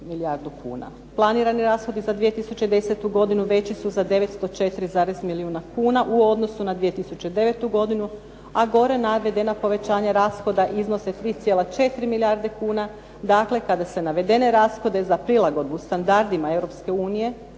Planirani rashodi za 2010. godinu veći su za 904 milijuna kuna u odnosu na 2009. godinu, a gore navedena povećanja rashode iznose 3,4 milijarde kuna. Dakle, kada se navedene rashode za prilagodbu standardima